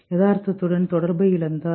யதார்த்தத்துடன் தொடர்பை இழந்தார்